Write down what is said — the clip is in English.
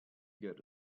get